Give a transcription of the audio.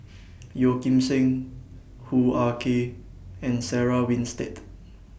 Yeo Kim Seng Hoo Ah Kay and Sarah Winstedt